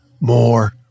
more